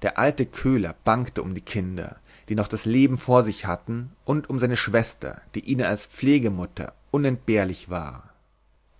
der alte köhler bangte um die kinder die noch das leben vor sich hatten und um seine schwester die ihnen als pflegemutter unentbehrlich war